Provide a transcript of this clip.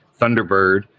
Thunderbird